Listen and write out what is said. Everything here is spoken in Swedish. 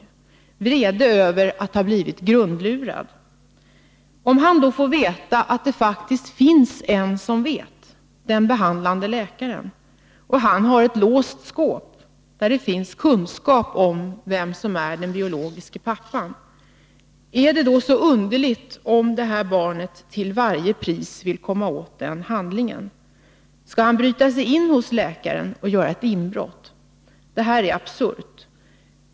Han känner vrede över att ha blivit grundlurad. Om han i den situationen får reda på att det faktiskt finns en som vet, att en viss läkare känner till vem hans biologiske far är och att läkaren har handlingarna om detta i ett låst skåp, då är det inte så underligt om detta barn till varje pris vill komma åt dessa handlingar. Skall han då bryta sig in hos läkaren och göra ett inbrott för att få tillgång till dem? — Det hela är absurt.